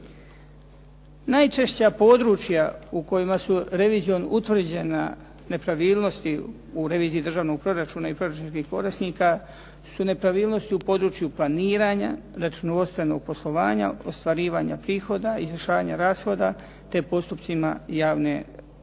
Najčešća područja u kojima su revizijom utvrđene nepravilnosti u reviziji državnog proračuna i proračunskih korisnika su nepravilnosti u području planiranja, računovodstvenog poslovanja, ostvarivanja prihoda, izvršavanja rashoda, te postupcima javne nabave.